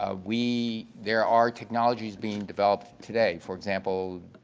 ah we there are technologies being developed today, for example,